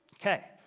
Okay